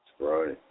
Right